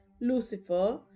Lucifer